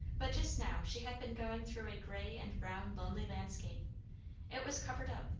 but just now she had been going through a grey and brown lonely landscape it was covered up,